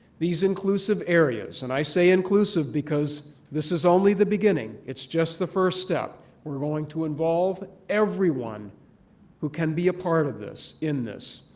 these inclusive areas and i say inclusive because this is only the beginning it's just the first step we're going to involve everyone who can be a part of this in this,